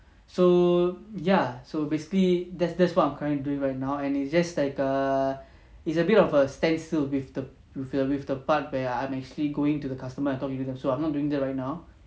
so ya so basically there's that's what I'm currently doing right now and it's just like err it's a bit of a stand still with the with the part where I'm actually going to the customer and talk to them so I'm not doing that right now